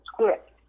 script